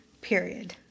period